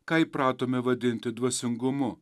ką įpratome vadinti dvasingumu